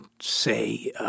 say